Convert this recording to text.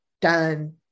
done